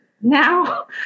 now